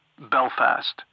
Belfast